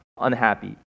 unhappy